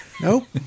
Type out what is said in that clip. nope